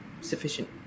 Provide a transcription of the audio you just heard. sufficient